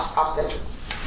obstetrics